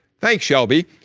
thanks, shelby.